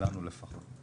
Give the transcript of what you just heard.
לנו לפחות.